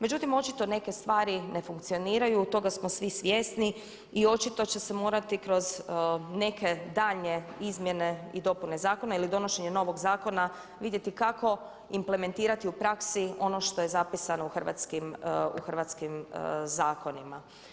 Međutim, očito neke stvari ne funkcioniraju, toga smo svi svjesni i očito će se morati kroz neke daljnje izmjene i dopune zakona ili donošenje novog zakona vidjeti kako implementirati u praksi ono što je zapisano u hrvatskim zakonima.